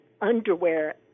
underwear